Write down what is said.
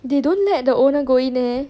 they don't let the owner go in leh